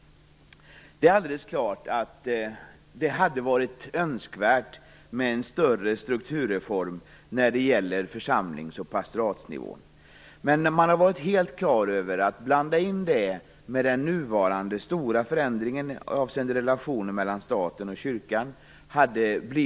Det är alldeles klart att det hade varit önskvärt med en större strukturreform när det gäller församlings och pastoratsnivån. Men man har varit helt klar över att det hade blivit ett stort bekymmer att blanda in detta med tanke på den nuvarande stora förändringen avseende relationen mellan staten och kyrkan.